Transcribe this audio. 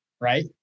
Right